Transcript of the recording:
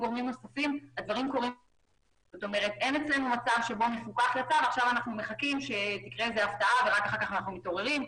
אין מצב שבו מפוקח יצא ועכשיו מחכים שתקרה הפתעה ורק אחר כך מתעוררים.